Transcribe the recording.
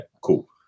cool